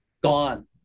gone